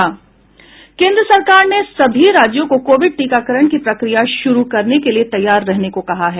केंद्र सरकार ने सभी राज्यों को कोविड टीकाकरण की प्रक्रिया शुरू करने के लिये तैयार रहने को कहा है